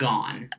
Gone